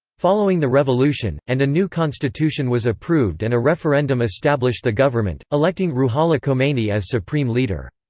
following the revolution, and a new constitution was approved and a referendum established the government, electing ruhollah khomeini as supreme leader.